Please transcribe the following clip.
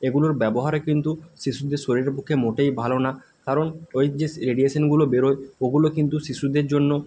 এগুলোর ব্যবহারে কিন্তু শিশুদের শরীরের পক্ষে মোটেই ভালো না কারণ ওই যেস রেডিয়েশেনগুলো বেরোয় ওগুলো কিন্তু শিশুদের জন্য